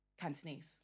Cantonese